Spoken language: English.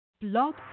Blog